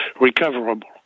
recoverable